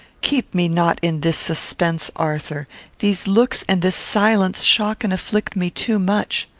keep me not in this suspense, arthur these looks and this silence shock and afflict me too much.